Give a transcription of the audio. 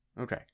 Okay